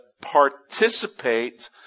participate